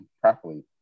properly